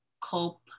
cope